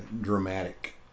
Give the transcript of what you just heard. dramatic